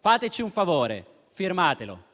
Fateci un favore: firmatelo.